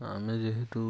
ଆମେ ଯେହେତୁ